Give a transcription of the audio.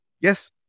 Yes